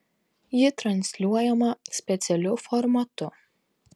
ji transliuojama specialiu formatu